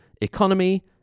economy